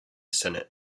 senate